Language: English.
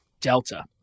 Delta